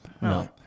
No